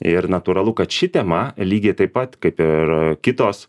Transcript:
ir natūralu kad ši tema lygiai taip pat kaip ir kitos